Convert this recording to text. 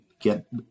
get